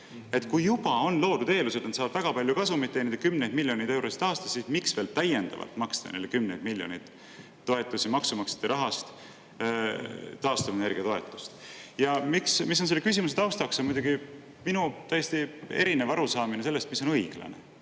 Kui juba on loodud eeldused, et nad saavad väga palju kasumit teenida, kümneid miljoneid eurosid aastas, miks veel täiendavalt maksta neile kümneid miljoneid toetusi maksumaksjate rahast, taastuvenergia toetust? Ja mis on selle küsimuse taustaks, on muidugi minu täiesti erinev arusaamine sellest, mis on õiglane.